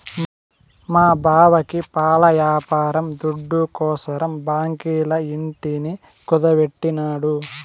మా బావకి పాల యాపారం దుడ్డుకోసరం బాంకీల ఇంటిని కుదువెట్టినాడు